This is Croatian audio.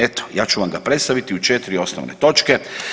Eto, ja ću vam ga predstaviti u 4 osnovne točke.